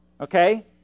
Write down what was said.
Okay